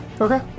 Okay